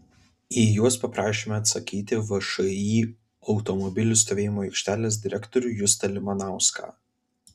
į juos paprašėme atsakyti všį automobilių stovėjimo aikštelės direktorių justą limanauską